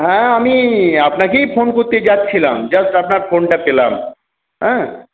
হ্যাঁ আমি আপনাকেই ফোন করতে যাচ্ছিলাম জাস্ট আপনার ফোনটা পেলাম হ্যাঁ